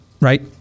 right